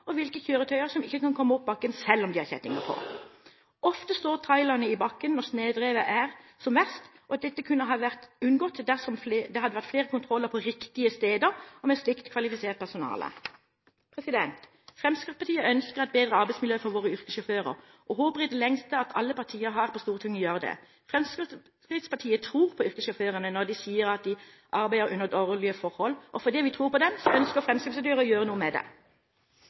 og hvilke kjøretøyer som ikke kan komme opp bakken selv om de har kjettinger på. Ofte står trailerne i bakken når snødrevet er som verst, og dette kunne vært unngått dersom det hadde vært flere kontroller på riktige steder med slikt kvalifisert personale. Fremskrittspartiet ønsker et bedre arbeidsmiljø for våre yrkessjåfører og håper i det lengste at alle partier her på Stortinget gjør det samme. Fremskrittspartiet tror på yrkessjåførene når de sier at de arbeider under dårlige forhold. Og fordi vi tror på dem, ønsker Fremskrittspartiet å gjøre noe med det.